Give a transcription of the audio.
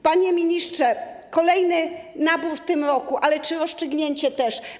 Panie ministrze, kolejny nabór w tym roku, ale czy rozstrzygnięcie też?